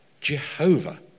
jehovah